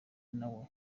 nawe